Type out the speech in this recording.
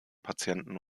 patienten